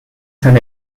san